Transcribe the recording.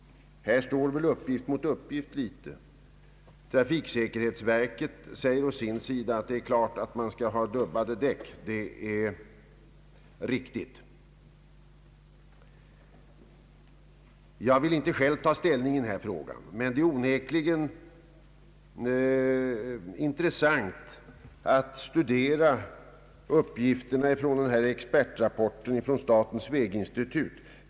Här står väl uppgift mot uppgift. Trafiksäkerhetsverket säger å sin sida att det är givet att man skall ha dubbade däck. Jag vill inte själv ta ställning i denna fråga, men det är onekligen intressant att studera uppgifterna i denna expertrapport från statens väginstitut.